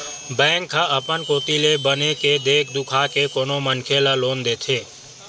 bank ह अपन कोती ले बने के देख दुखा के कोनो मनखे ल लोन देथे